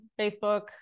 Facebook